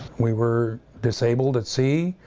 we were disabled at sea.